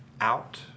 Out